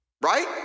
right